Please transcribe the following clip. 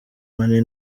money